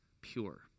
pure